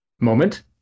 moment